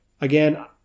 Again